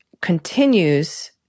continues